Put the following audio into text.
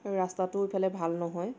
আৰু ৰাস্তাটোও ইফালে ভাল নহয়